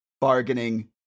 Bargaining